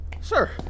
Sir